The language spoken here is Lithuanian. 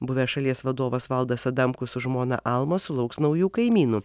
buvęs šalies vadovas valdas adamkus su žmona alma sulauks naujų kaimynų